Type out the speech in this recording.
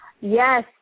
Yes